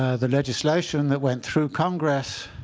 the legislation that went through congress